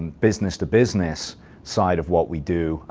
business-to-business side of what we do.